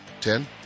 Ten